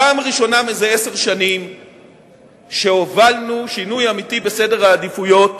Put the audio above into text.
בפעם הראשונה זה עשר שנים הובלנו שינוי אמיתי בסדר העדיפויות,